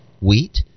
wheat